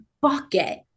bucket